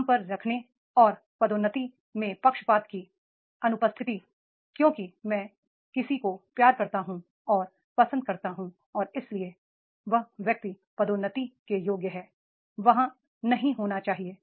काम पर रखने और पदोन्नति में पक्षपात की अनुपस्थिति क्योंकि मैं किसी को प्यार करता हूं और पसंद करता हूं और इसलिए वह व्यक्ति पदोन्नति के योग्य है वहां नहीं होना चाहिए